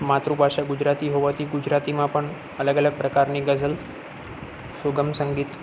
માતૃભાષા ગુજરાતી હોવાથી ગુજરાતીમાં પણ અલગ અલગ પ્રકારની ગઝલ સુગમ સંગીત